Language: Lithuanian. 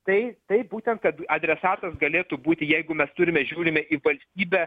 tai taip būtent kad adresatas galėtų būti jeigu mes turime žiūrime į valstybę